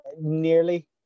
Nearly